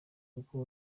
kuko